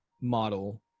model